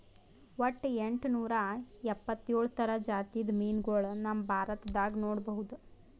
ವಟ್ಟ್ ಎಂಟನೂರಾ ಎಪ್ಪತ್ತೋಳ್ ಥರ ಜಾತಿದ್ ಮೀನ್ಗೊಳ್ ನಮ್ ಭಾರತದಾಗ್ ನೋಡ್ಬಹುದ್